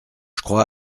crois